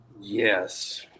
yes